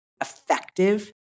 effective